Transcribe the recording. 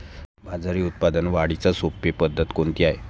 बाजरी उत्पादन वाढीची सोपी पद्धत कोणती आहे?